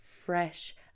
fresh